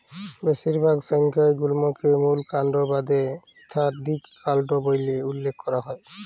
বেশিরভাগ সংখ্যায় গুল্মকে মূল কাল্ড বাদে ইকাধিক কাল্ড ব্যইলে উল্লেখ ক্যরা হ্যয়